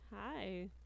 hi